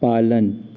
पालन